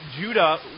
Judah